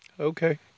Okay